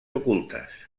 ocultes